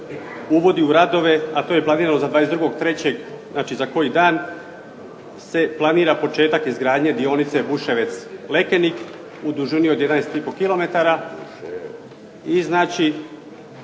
uvodi u radove, a to je planirano za 22.3., znači za koji dan se planira početak izgradnje dionice Buševec – Lekenik u dužini od 11 i pol